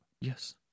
Yes